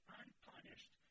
unpunished